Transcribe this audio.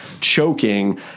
choking